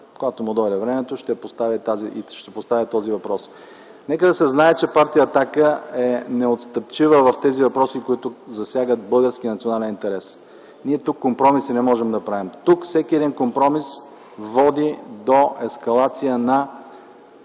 когато му дойде времето ще поставя и този въпрос. Нека да се знае, че партия „Атака” е неотстъпчива в тези въпроси, които засягат българския национален интерес. Ние тук компромиси не можем да правим. Тук всеки един компромис води до ескалация на